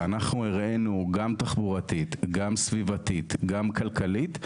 ואנחנו הראינו גם תחבורתית גם סביבתית גם כלכלית,